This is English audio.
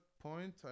point